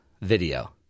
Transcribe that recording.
video